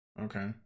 Okay